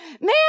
man